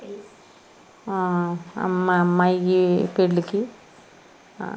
అమ్ మా అమ్మాయి పెళ్లికి